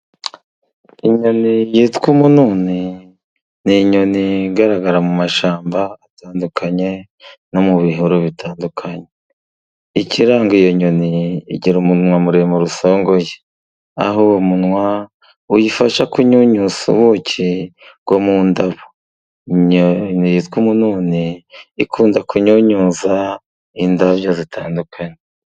Inyoni yitwa umununi, ni inyoni igaragara mu mashyamba atandukanye no mu bihuru bitandukanye. Ikiranga iyo nyoni, igira umunwa muremure usongoye, aho uwo munwa uyifasha kunyunyusa ubuki bwo mu ndabo. Iyi nyoni yitwa umununi, ikunze kunyunyusa indabo zitandukanye.